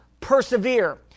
persevere